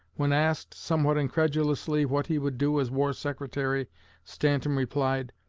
when asked, somewhat incredulously, what he would do as war secretary stanton replied,